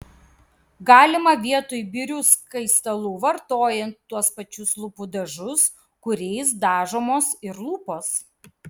galima vietoj birių skaistalų vartojant tuos pačius lūpų dažus kuriais dažomos ir lūpos